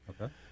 okay